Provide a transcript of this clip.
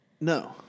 No